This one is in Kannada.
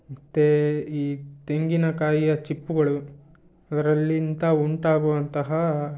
ಮತ್ತು ಈ ತೆಂಗಿನಕಾಯಿಯ ಚಿಪ್ಪುಗಳು ಅದರಲ್ಲಿ ಇಂಥ ಉಂಟಾಗುವಂತಹ